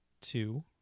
Two